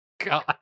God